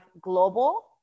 Global